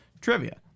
Trivia